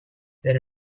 their